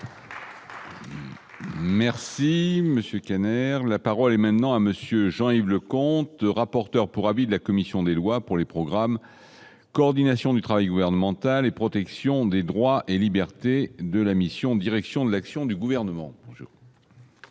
Monsieur Kanner, la parole est maintenant à monsieur Jean-Yves Leconte, rapporteur pour avis de la commission des lois pour les programmes, coordination du travail gouvernemental et protection des droits et libertés de la mission Direction de l'action du gouvernement je.